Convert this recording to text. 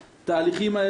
חברת הכנסת פנינה תמנו